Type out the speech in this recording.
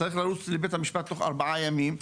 צריך לרוץ לבית המשפט תוך ארבעה ימים,